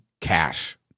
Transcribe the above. cash